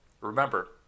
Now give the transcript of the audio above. Remember